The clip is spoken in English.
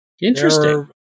interesting